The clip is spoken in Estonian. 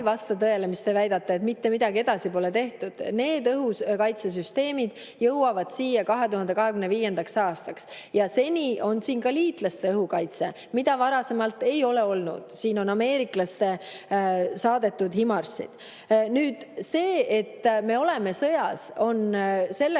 vasta tõele, mis te väidate, et mitte midagi edasi pole tehtud. Need õhukaitsesüsteemid jõuavad siia 2025. aastaks. Seni on siin ka liitlaste õhukaitse, mida varasemalt ei ole olnud, siin on ameeriklaste saadetud HIMARS-id. Nüüd see, et me oleme sõjas, on selle